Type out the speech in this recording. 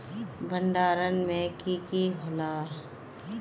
भण्डारण में की की होला?